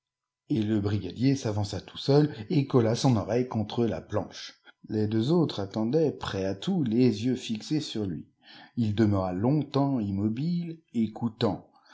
et le brigadier s'avança tout seul et colla son oreille contre la planche les deux autres attendaient prêts à tout les yeux fixés sur lui ii demeura longtemps immobile